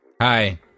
Hi